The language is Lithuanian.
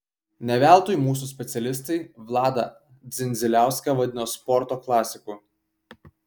ne veltui mūsų specialistai vladą dzindziliauską vadino sporto klasiku